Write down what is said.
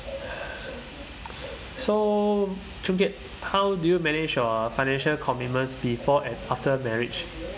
so choon kiat how do you manage your financial commitments before and after marriage